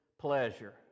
pleasure